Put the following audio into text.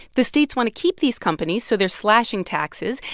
the states want to keep these companies, so they're slashing taxes.